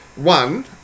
One